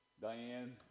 Diane